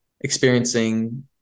experiencing